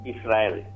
Israel